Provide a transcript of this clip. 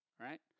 right